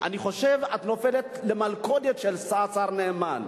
אני חושב שאת נופלת למלכודת של השר נאמן.